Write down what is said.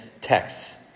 texts